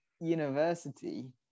university